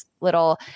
little